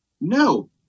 no